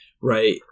Right